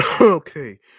Okay